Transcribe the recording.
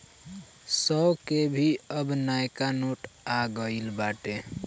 सौ के भी अब नयका नोट आ गईल बाटे